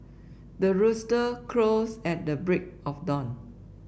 the rooster crows at the break of dawn